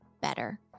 better